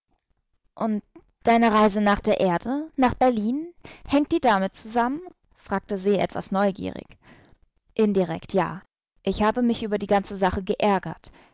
und deine reise nach der erde nach berlin hängt die damit zusammen fragte se etwas neugierig indirekt ja ich habe mich über die ganze sache geärgert